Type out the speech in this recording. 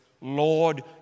Lord